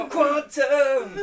Quantum